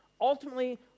ultimately